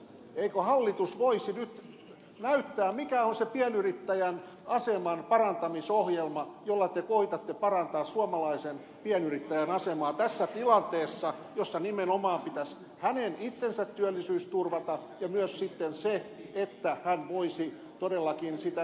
eikö hallitus voisi nyt näyttää mikä on se pienyrittäjän aseman parantamisohjelma jolla te koetatte parantaa suomalaisen pienyrittäjän asemaa tässä tilanteessa jossa nimenomaan pitäisi hänen itsensä työllisyys turvata ja myös sitten se että hän voisi todellakin yritystään laajentaa